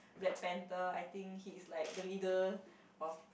Black-Panther I think he is like the leader of